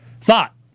thought